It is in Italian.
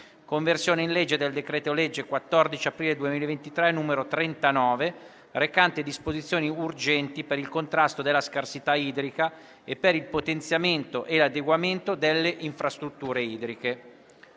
«Conversione in legge del decreto-legge 14 aprile 2023, n. 39, recante disposizioni urgenti per il contrasto della scarsità idrica e per il potenziamento e l'adeguamento delle infrastrutture idriche».